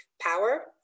power